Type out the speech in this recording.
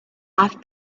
off